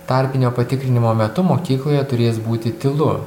tarpinio patikrinimo metu mokykloje turės būti tylu